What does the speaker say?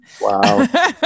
Wow